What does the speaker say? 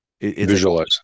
visualize